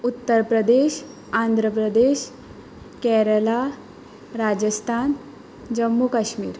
Uttar Pradesh Andhra Pradesh Kerala Rajasthan Jammu Kashmir